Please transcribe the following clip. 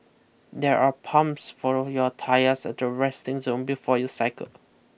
there are pumps for your tyres at the resting zone before you cycle